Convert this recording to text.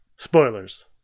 Spoilers